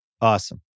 Awesome